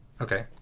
okay